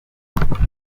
biguha